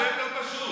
זה הרבה יותר פשוט.